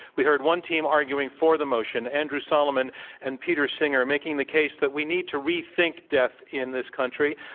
we heard one team arguing for the motion, andrew solomon and peter singer, making the case that we need to rethink death in this country,